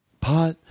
Pot